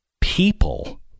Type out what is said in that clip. people